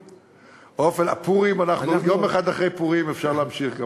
אנחנו יום אחד אחרי פורים, אפשר להמשיך.